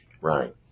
Right